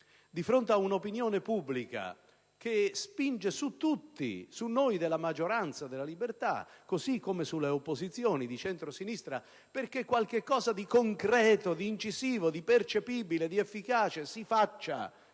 Di fronte ad un'opinione pubblica che spinge su tutti, su noi della maggioranza, del Popolo della libertà, così come sulle opposizioni di centrosinistra, perché qualche cosa di concreto, di incisivo, di percepibile, di efficace si faccia